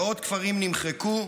מאות כפרים נמחקו,